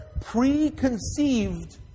preconceived